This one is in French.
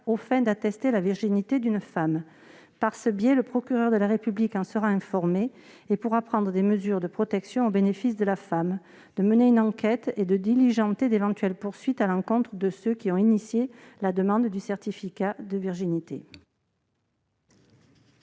aux fins d'attester la virginité d'une femme. Par ce biais, le procureur de la République en sera informé et pourra prendre des mesures de protection au bénéfice de la femme, mener une enquête et diligenter d'éventuelles poursuites à l'encontre de ceux qui ont été à l'initiative de la demande du certificat de virginité.